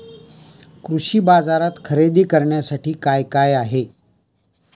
कृषी बाजारात खरेदी करण्यासाठी काय काय आहे?